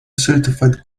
certified